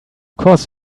course